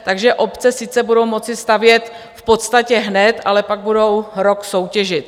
Takže obce sice budou moci stavět v podstatě hned, ale pak budou rok soutěžit.